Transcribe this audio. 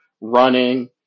running